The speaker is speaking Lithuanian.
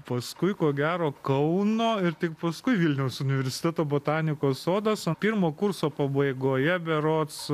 paskui ko gero kauno ir tik paskui vilniaus universiteto botanikos sodas pirmo kurso pabaigoje berods